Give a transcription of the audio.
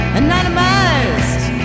anonymized